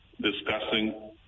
discussing